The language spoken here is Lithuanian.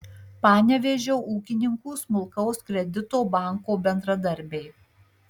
panevėžio ūkininkų smulkaus kredito banko bendradarbiai